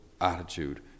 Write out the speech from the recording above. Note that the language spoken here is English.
attitude